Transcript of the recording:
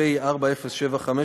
פ/4075/20,